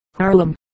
Harlem